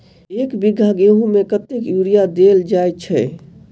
एक बीघा गेंहूँ मे कतेक यूरिया देल जाय छै?